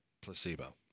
placebo